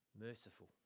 merciful